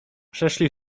przeszli